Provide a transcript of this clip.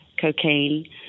cocaine